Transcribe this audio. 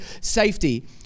safety